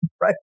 right